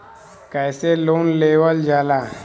कैसे लोन लेवल जाला?